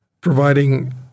providing